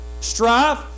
strife